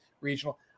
regional